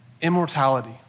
immortality